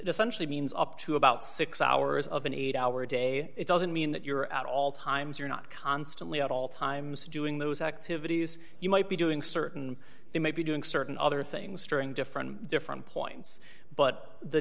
essentially means up to about six hours of an eight hour day it doesn't mean that you're at all times you're not constantly at all times doing those activities you might be doing certain they may be doing certain other things during different and different points but the